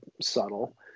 subtle